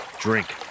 drink